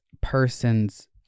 person's